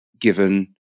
given